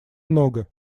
много